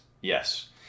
Yes